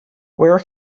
where